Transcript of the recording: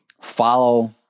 follow